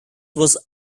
was